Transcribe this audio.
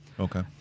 Okay